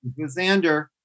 Xander